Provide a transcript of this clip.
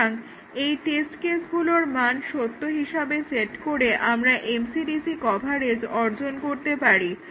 সুতরাং এই টেস্ট কেসগুলোর মান সত্য হিসাবে সেট করে আমরা MCDC কভারেজ অর্জন করতে পারি